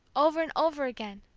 over and over again.